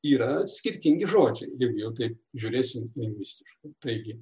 yra skirtingi žodžiai jeigu jau taip žiūrėsim lingvistiškai taigi